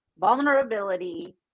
vulnerability